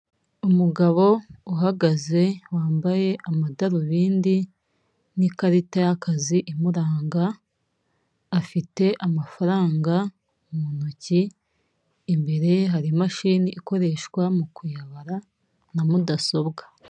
Umugabo uhagaze wambaye amadarubindi n'ikarita y'akazi imuranga, afite amafaranga mu ntoki, imbere ye hari imashini ikoreshwa mu kuyabara na mudasobwa.